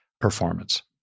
performance